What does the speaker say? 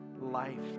life